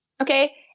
okay